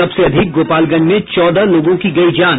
सबसे अधिक गोपालगंज में चौदह लोगों की गयी जान